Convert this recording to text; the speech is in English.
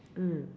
mm